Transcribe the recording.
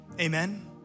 Amen